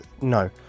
no